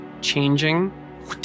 changing